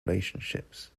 relationships